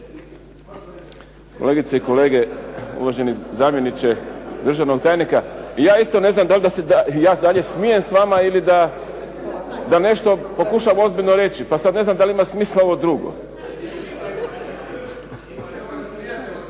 Kolegice i kolege uvaženi zamjeniče državnog tajnika. Ja isto ne znam da li da se s vama smijem dalje ili da nešto pokušam ozbiljno reći, pa sada ne znam da li ima smisla ovo drugo.